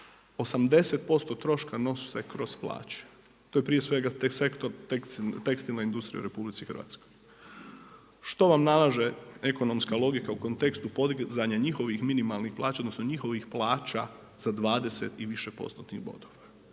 80% troška nose kroz plaće. To je prije svega taj sektor tekstilna industrija u RH. Što vam nalaže ekonomska logika u kontekstu podizanja njihovih minimalnih plaća, odnosno njihovih plaća sa 20 i više postotnih bodova.